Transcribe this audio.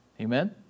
Amen